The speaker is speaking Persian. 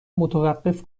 متوقف